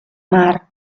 mar